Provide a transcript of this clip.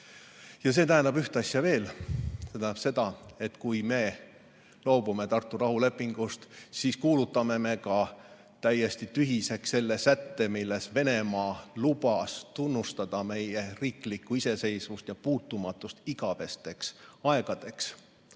See tähendab üht asja veel. See tähendab seda, et kui me loobume Tartu rahulepingust, siis kuulutame me ka täiesti tühiseks selle sätte, milles Venemaa lubas tunnustada meie riiklikku iseseisvust ja puutumatust igavesteks aegadeks.